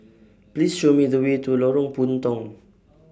Please Show Me The Way to Lorong Puntong